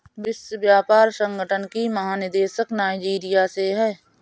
विश्व व्यापार संगठन की महानिदेशक नाइजीरिया से है